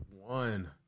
one